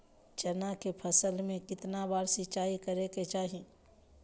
चना के फसल में कितना बार सिंचाई करें के चाहि?